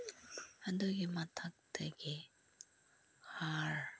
ꯑꯗꯨꯒꯤ ꯃꯊꯛꯇꯒꯤ ꯍꯥꯔ